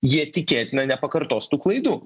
jie tikėtina nepakartos tų klaidų